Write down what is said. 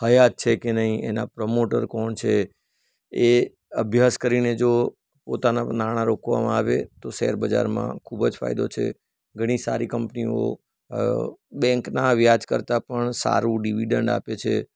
હયાત છે કે નહીં એના પ્રમોટર કોણ છે એ અભ્યાસ કરીને જો પોતાના નાણા રોકવામાં આવે તો શેરબજારમાં ખૂબ જ ફાયદો છે ઘણી સારી કંપનીઓ બેન્કનાં વ્યાજ કરતાં પણ સારું ડિવિડન્ટ આપે છે